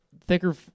thicker